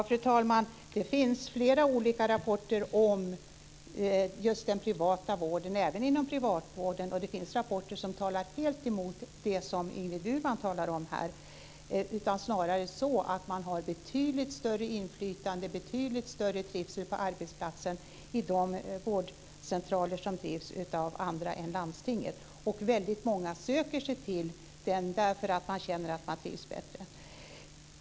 Fru talman! Det finns flera olika rapporter även inom privat vården. Det finns rapporter som talar helt emot det som Ingrid Burman säger här. Det finns rapporter som säger att man har betydligt större inflytande och betydligt större trivsel på arbetsplatsen vid de vårdcentraler som drivs av andra än landstinget. Det är väldigt många som söker sig dessa eftersom de känner att de trivs bättre.